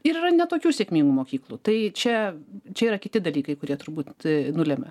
ir yra ne tokių sėkmingų mokyklų tai čia čia yra kiti dalykai kurie turbūt nulemia